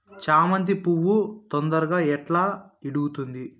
చామంతి పువ్వు తొందరగా ఎట్లా ఇడుగుతుంది?